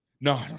No